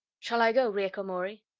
shall i go, rieko mori?